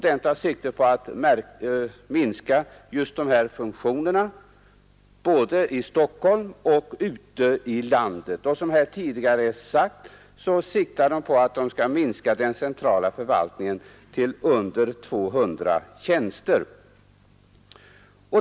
Den tar sikte på att minska just dessa funktioner både i Stockholm och ute i landet. Som här tidigare sagts siktar man på att minska den centrala förvaltningen till under 200 tjänster.